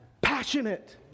passionate